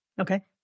Okay